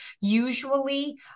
Usually